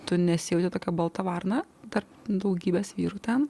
tu nesijauti tokia balta varna tarp daugybės vyrų ten